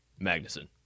Magnuson